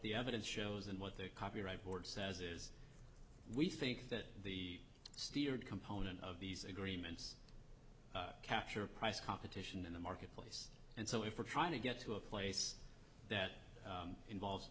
the evidence shows and what their copyright board says is we think that the steered component of these agreements capture price competition in the marketplace and so if we're trying to get to a place that involves